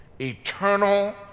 eternal